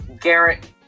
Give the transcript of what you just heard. Garrett